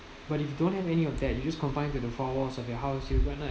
but if you don't have any of that you just confined to the four walls of your house you are going to